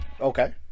okay